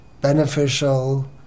beneficial